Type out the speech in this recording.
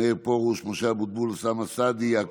מאיר פרוש, משה אבוטבול, אוסאמה סעדי.